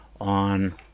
on